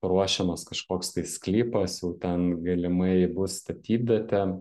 ruošiamas kažkoks tai sklypas jau ten galimai bus statybvietė